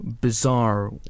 bizarre